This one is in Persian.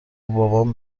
بابام